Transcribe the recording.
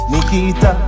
Nikita